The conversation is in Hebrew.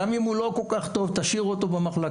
גם אם הוא לא כל כך טוב תשאיר אותו במחלקה,